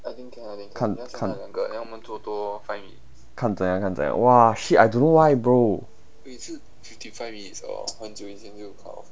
看看那个看怎样看怎样 !wah! shit I don't know why bro